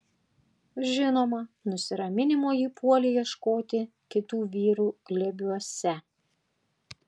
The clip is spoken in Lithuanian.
žinoma nusiraminimo ji puolė ieškoti kitų vyrų glėbiuose